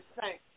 thanks